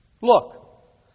Look